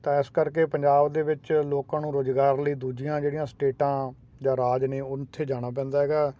ਤਾਂ ਇਸ ਕਰਕੇ ਪੰਜਾਬ ਦੇ ਵਿੱਚ ਲੋਕਾਂ ਨੂੰ ਰੁਜ਼ਗਾਰ ਲਈ ਦੂਜੀਆਂ ਜਿਹੜੀਆਂ ਸਟੇਟਾਂ ਜਾਂ ਰਾਜ ਨੇ ਉਥੇ ਜਾਣਾ ਪੈਂਦਾ ਹੈਗਾ